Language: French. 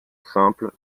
simple